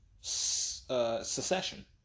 secession